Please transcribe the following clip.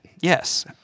Yes